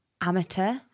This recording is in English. amateur